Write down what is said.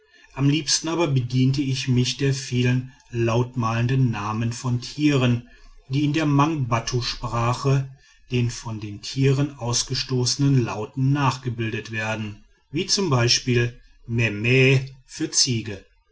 am liebsten aber bediente ich mich der vielen lautmalenden namen von tieren die in der mangbattusprache den von den tieren ausgestoßenen lauten nachgebildet werden wie z b memmeh für ziege